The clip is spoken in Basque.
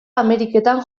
ameriketan